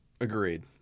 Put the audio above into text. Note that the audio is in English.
Agreed